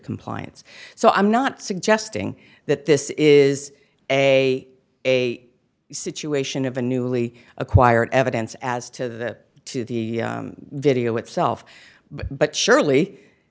compliance so i'm not suggesting that this is a a situation of a newly acquired evidence as to the to the video itself but surely